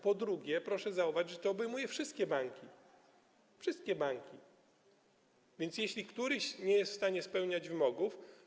Po drugie, proszę zauważyć, to obejmuje wszystkie banki, wszystkie banki, więc jeśli któryś nie jest w stanie spełniać wymogów.